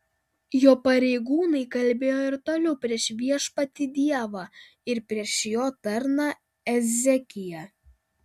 jo pareigūnai kalbėjo ir toliau prieš viešpatį dievą ir prieš jo tarną ezekiją